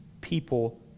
people